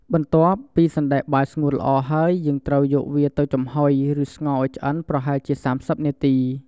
បន្ទាប់ ពីសណ្ដែកបាយស្ងួតល្អ ហើយ យើងត្រូវយកវាទៅចំហុយ ឬស្ងោរឱ្យឆ្អិនប្រហែលជា ៣០នាទី។